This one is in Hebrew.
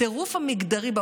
הטירוף המגדרי.